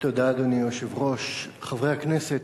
אדוני היושב-ראש, תודה, חברי הכנסת,